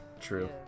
true